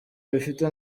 bifite